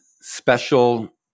special